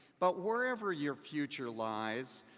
but wherever your future lies,